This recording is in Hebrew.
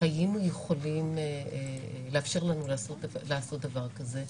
היינו יכולים לעשות דבר כזה.